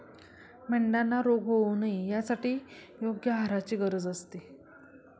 मेंढ्यांना रोग होऊ नये यासाठी योग्य आहाराची गरज असते